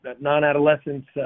non-adolescents